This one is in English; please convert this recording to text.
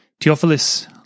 Theophilus